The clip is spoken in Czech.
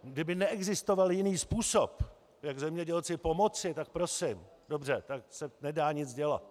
Kdyby neexistoval jiný způsob, jak zemědělci pomoci, tak prosím, dobře, tak se nedá nic dělat.